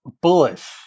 bullish